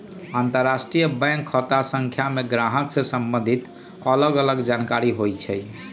अंतरराष्ट्रीय बैंक खता संख्या में गाहक से सम्बंधित अलग अलग जानकारि होइ छइ